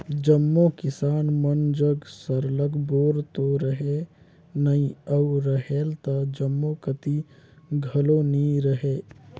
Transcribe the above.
जम्मो किसान मन जग सरलग बोर तो रहें नई अउ रहेल त जम्मो कती घलो नी रहे